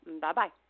bye-bye